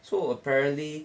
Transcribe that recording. so apparently